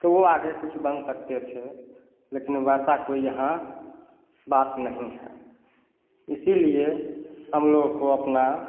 तो वो आगे कुछ बन सकते थे लेकिन वैसा कोई यहाँ बात नहीं है इसीलिए हम लोग को अपना